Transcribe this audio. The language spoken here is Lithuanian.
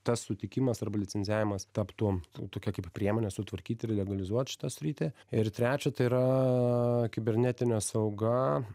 tas sutikimas arba licencijavimas taptų tokia kaip priemone sutvarkyt ir legalizuot šitą sritį ir trečia tai yra kibernetinė sauga